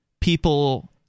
people